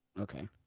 okay